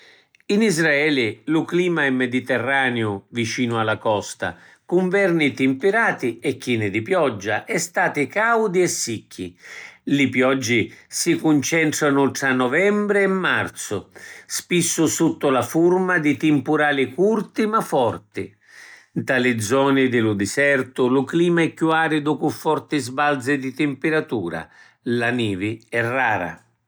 In Israeli lu clima è mediterraniu vicinu a la costa, cu nverni timpirati e chini di pioggi e stati caudi e sicchi. Li pioggi si cuncentranu tra nuvembri e marzu, spissu sutta la furma di timpurali curti ma forti. Nta li zoni di lu disertu lu clima è chiù aridu cu forti sbalzi di timpiratura. La nivi è rara.